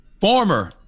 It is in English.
former